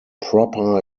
proper